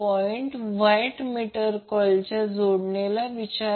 म्हणून P1 VL IL cos 30 o आणि हे 36